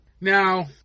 Now